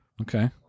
Okay